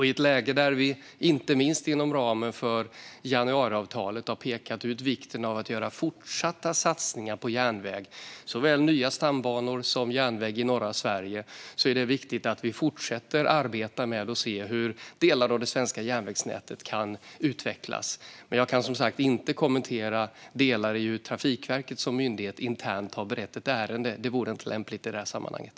I ett läge där vi inte minst inom ramen för januariavtalet har pekat ut vikten av att göra fortsatta satsningar på järnväg, såväl nya stambanor som järnväg i norra Sverige, är det viktigt att vi fortsätter att arbeta med att se hur delar av det svenska järnvägsnätet kan utvecklas. Jag kan som sagt inte kommentera delar i hur Trafikverket som myndighet internt har berett ett ärende. Det vore inte lämpligt i det här sammanhanget.